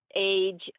age